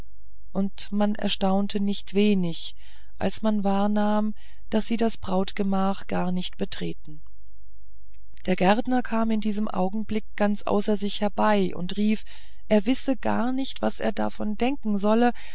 und man erstaunte nicht wenig als man wahrnahm daß sie das brautgemach gar nicht betreten der gärtner kam in diesem augenblick ganz außer sich herbei und rief er wisse gar nicht was er davon denken solle